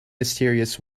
mysterious